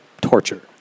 torture